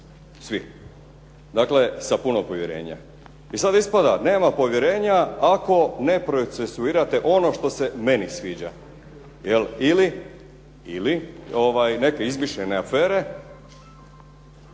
svi. Dakle, sa puno povjerenja. I sad ispada, nema povjerenja ako ne procesuirate ono što se meni sviđa. Ili neke izmišljene afere